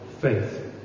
faith